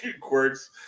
quirks